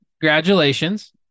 congratulations